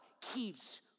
keeps